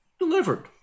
delivered